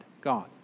God